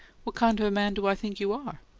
what kind of a man do i think you are?